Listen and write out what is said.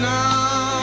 now